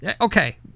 Okay